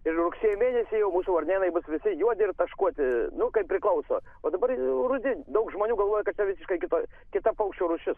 ir rugsėjo mėnesį jau mūsų varnėnai bus visi juodi ir taškuoti nu kaip priklauso o dabar rudi daug žmonių galvoja kad čia visiškai kita kita paukščių rūšis